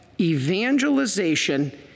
Evangelization